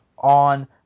On